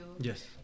Yes